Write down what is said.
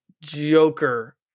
joker